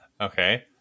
Okay